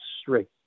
straight